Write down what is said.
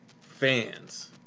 fans